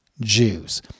Jews